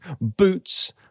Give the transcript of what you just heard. Boots